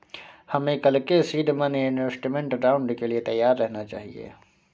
हमें कल के सीड मनी इन्वेस्टमेंट राउंड के लिए तैयार रहना चाहिए